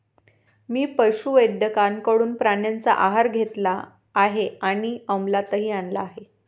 मी पशुवैद्यकाकडून प्राण्यांचा आहार घेतला आहे आणि अमलातही आणला आहे